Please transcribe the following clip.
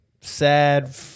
Sad-